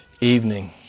evening